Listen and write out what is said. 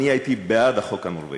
אני הייתי בעד החוק הנורבגי.